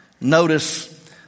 Notice